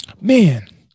man